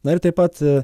na ir taip pat